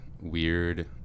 weird –